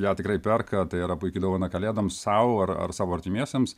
ją tikrai perka tai yra puiki dovana kalėdoms sau ar ar savo artimiesiems